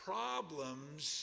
Problems